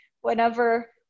whenever